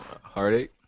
Heartache